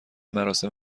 مراسم